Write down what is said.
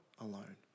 alone